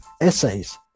essays